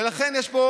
ולכן, יש פה